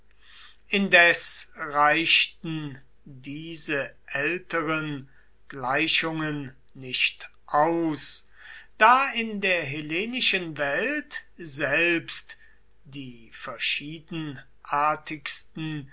indes reichten diese älteren gleichungen nicht aus da in der hellenischen welt selbst die verschiedenartigsten